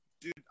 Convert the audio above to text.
dude